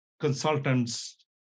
consultants